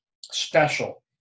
special